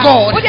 God